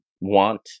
want